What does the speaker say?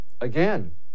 Again